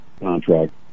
contract